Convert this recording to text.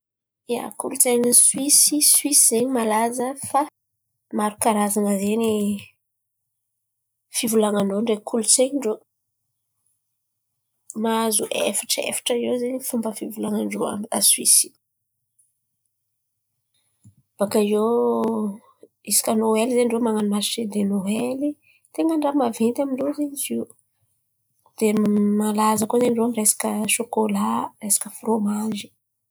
Ia, kolontsain̈y Soisy, Soisy zen̈y malaza fa maro karazan̈a zen̈y. Fivolan-drô ndreky kolontsain̈y ndrô, mahazo aiafatry aiafatry iô zen̈y fomba fivolan-drô an̈y Soisy. Baka iô isaka noely zen̈y ndrô man̈ano marise de noely ten̈a ndra maventy amindrô zen̈y zio de malaza koa zen̈y irô resaka siôkôla, resaka frômazy.